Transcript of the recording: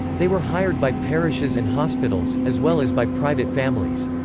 they were hired by parishes and hospitals, as well as by private families.